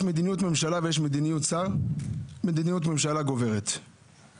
ושאלה אותך